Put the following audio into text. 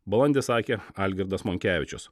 balandį sakė algirdas monkevičius